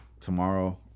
tomorrow